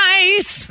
Nice